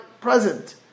present